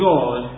God